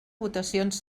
votacions